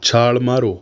ਛਾਲ ਮਾਰੋ